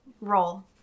Roll